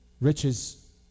riches